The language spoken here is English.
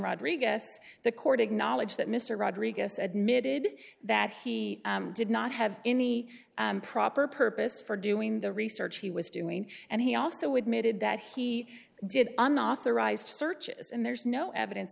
rodriguez the court acknowledge that mr rodriguez admitted that he did not have any proper purpose for doing the research he was doing and he also admitted that he did unauthorized searches and there's no evidence